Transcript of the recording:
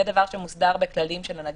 זה דבר שמוסדר בכללים של הנגיד,